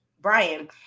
Brian